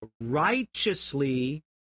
righteously